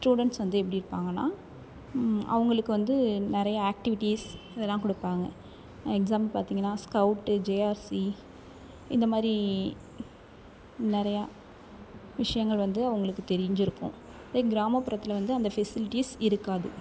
students வந்து எப்படி இருப்பாங்கன்னா அவங்களுக்கு வந்து நிறைய ஆக்டிவிட்டீஸ் இதெல்லாம் கொடுப்பாங்க எக்ஸாம்பிள் பார்த்திங்கன்னா ஸ்கவுட்டு ஜெஆர்சி இந்த மாதிரி நிறையா விஷயங்கள் வந்து அவங்களுக்கு தெரிஞ்சிருக்கும் இதே கிராமப்புறத்தில் வந்து அந்த ஃபெசிலிட்டிஸ் இருக்காது